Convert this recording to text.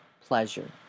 pleasure